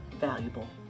valuable